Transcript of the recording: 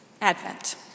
Advent